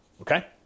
okay